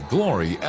Glory